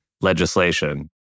legislation